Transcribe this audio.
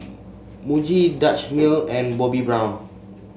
Muji Dutch Mill and Bobbi Brown